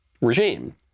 regime